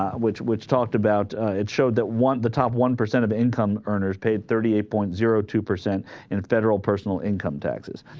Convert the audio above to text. ah which which talked about ah. it showed that one of the top one percent of income earners paid thirty eight point zero two percent in federal personal income taxes